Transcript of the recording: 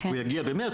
הוא יגיע במרץ,